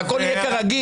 והכול יהיה כרגיל,